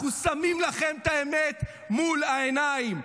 אנחנו שמים לכם את האמת מול העיניים.